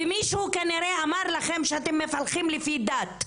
ומישהו כנראה אמר לכם שאתם מפלחים לפי דת.